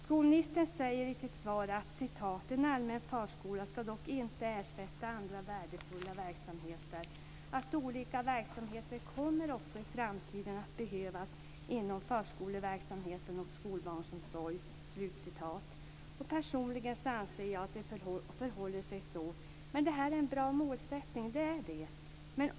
Skolministern säger i sitt svar: "En allmän förskola skall dock inte ersätta andra värdefulla verksamheter. Olika verksamhetsformer kommer också i framtiden att behövas inom förskoleverksamheten och skolbarnsomsorgen.". Personligen anser jag att det förhåller sig så. Men det här är en bra målsättning.